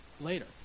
later